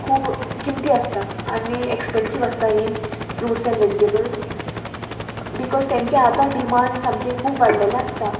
खूब किंमती आसता आनी एक्सपेन्सीव आसता हें फ्रुट्स एंड वेजीटेबल्स बिकॉज तेंचे आतां डिमांड सामकें खूब वाडलेलें आसता